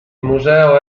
museo